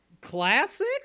classic